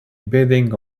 beating